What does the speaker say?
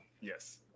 Yes